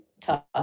Tough